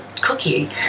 cookie